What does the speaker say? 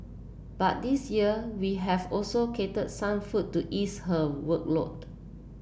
but this year we have also catered some food to ease her workload